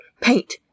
paint